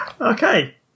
Okay